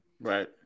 Right